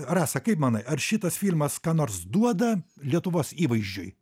rasa kaip manai ar šitas filmas ką nors duoda lietuvos įvaizdžiui